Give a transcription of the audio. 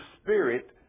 spirit